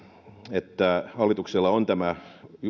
että hallituksella on tämä